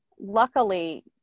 luckily